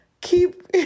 keep